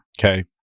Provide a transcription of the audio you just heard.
Okay